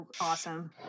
Awesome